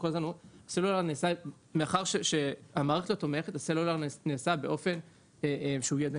מאחר שהמערכת לא תומכת, הסלולר נעשה באופן ידני.